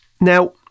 Now